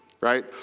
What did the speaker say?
right